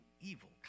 evil